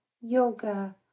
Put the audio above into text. yoga